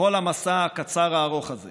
בכל המסע הקצר-הארוך הזה